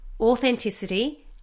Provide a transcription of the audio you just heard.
authenticity